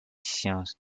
sciences